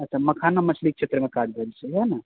अच्छा मखाना मछली के क्षेत्र मे काज भेल छै इएह ने